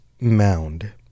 mound